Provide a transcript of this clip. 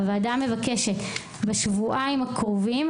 הוועדה מבקשת בשבועיים הקרובים,